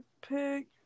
pick